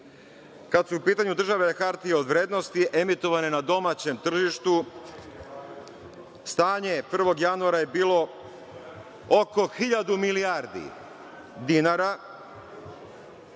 Kada su pitanju državne hartije od vrednosti emitovane na domaćem tržištu, stanje 1. januara je bilo oko 1.000 milijardi dinara,